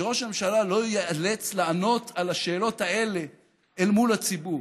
שראש הממשלה לא ייאלץ לענות על השאלות האלה אל מול הציבור,